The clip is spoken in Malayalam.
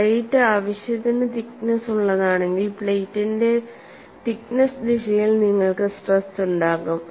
പ്ലേറ്റ് ആവശ്യത്തിന് തിക്നെസ്സ് ഉള്ളതാണെങ്കിൽ പ്ലേറ്റിന്റെ തിക്നെസ്സ് ദിശയിൽ നിങ്ങൾക്ക് സ്ട്രെസ് ഉണ്ടാകും